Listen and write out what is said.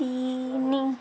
ତିନି